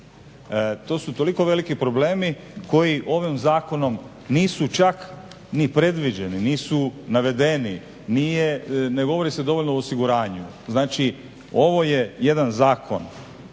To su toliko veliki problemi koji ovim zakonom nisu čak ni predviđeni, nisu navedeni, ne govori se dovoljno o osiguranju. Znači ovo je jedan zakon